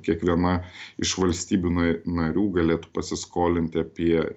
kiekviena iš valstybių na narių galėtų pasiskolinti apie